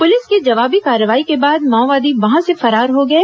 पूर्लिस की जवाबी कार्रवाई के बाद माओवादी वहां से फरार हो गए